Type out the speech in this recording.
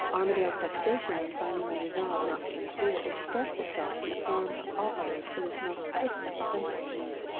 armadale's vexation on finding me resolved not to interfere expressed itself in the form of all others that is most personally offensive to me.